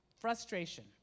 Frustration